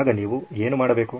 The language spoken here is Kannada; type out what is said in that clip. ಆಗ ನೀವು ಏನು ಮಾಡಬೇಕು